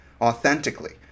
authentically